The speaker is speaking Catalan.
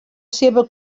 seva